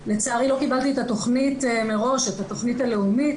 לצערי לא קיבלתי את התכנית הלאומית מראש,